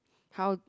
how